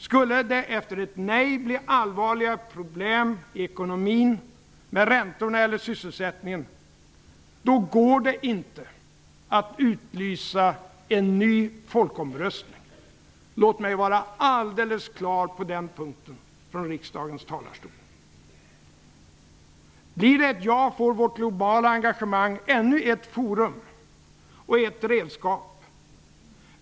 Skulle det efter ett nej bli allvarliga problem i ekonomin med räntorna eller sysselsättningen, går det inte att utlysa en ny folkomröstning. Låt mig vara alldeles klar på den punkten här i riksdagens talarstol. Blir det ett ja, får vårt globala engagemang ännu ett forum och ett redskap.